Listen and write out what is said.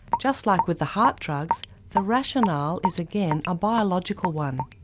just like with the heart drugs, the rationale is again a biological one.